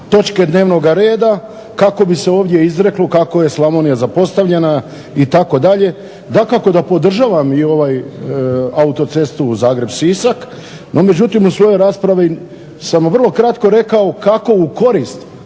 točke dnevnog reda kako bi se ovdje izreklo kako je Slavonija zapostavljena itd. Dakako, da podržavam ovu autocestu Zagreb-Sisak no međutim u svojoj raspravi sam vrlo kratko rekao kakovu korist